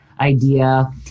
idea